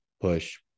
push